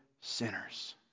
sinners